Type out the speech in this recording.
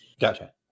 Gotcha